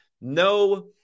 No